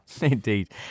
indeed